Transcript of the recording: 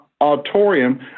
auditorium